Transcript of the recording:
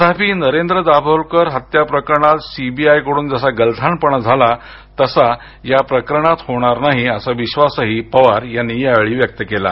तथापि नरेद्र दाभोलकर हत्या प्रकरणात सीबीआय कडून जसा गलथानपणा झाला तसा या प्रकरणात होणार नाही असा विश्वासही पवार यांनी व्यक्त केला आहे